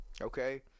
okay